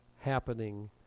happening